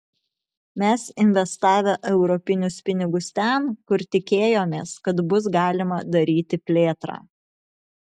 mes investavę europinius pinigus ten kur tikėjomės kad bus galima daryti plėtrą